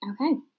Okay